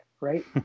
Right